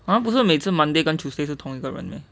!huh! 不是每次 monday 跟 tuesday 是同一个人 meh